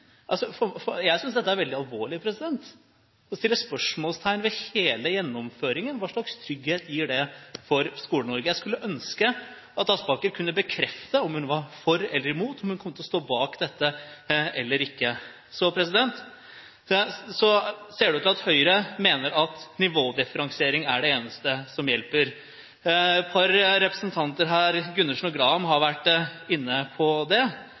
Jeg synes det er veldig alvorlig å stille spørsmål ved hele gjennomføringen. Hva slags trygghet gir det for Skole-Norge? Jeg skulle ønske at Aspaker kunne bekrefte om hun er for, eller om hun er imot, om hun kommer til å stille seg bak dette eller ikke. Så ser det ut til at Høyre mener at nivådifferensiering er det eneste som hjelper. Et par representanter her, Gundersen og Graham, har vært inne på det.